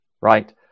right